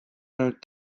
ainult